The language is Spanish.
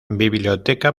biblioteca